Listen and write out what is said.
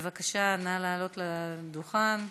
בבקשה, נא לעלות לדוכן,